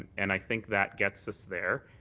and i think that gets us there.